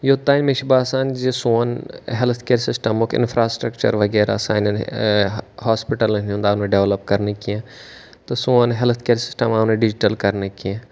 یوٚتام مےٚ چھُ باسان زِ سون ہٮ۪لٕتھ کِیر سِسٹَمُک اِنفرٛاسٹرٛکچَر وغیرہ سانٮ۪ن ہاسپِٹَلَن ہُنٛد آو نہٕ ڈٮ۪ولَپ کَرنہٕ کینٛہہ تہٕ سون ہٮ۪لٕتھ کِیَر سِسٹَم آو نہٕ ڈِجِٹَل کَرنہٕ کینٛہہ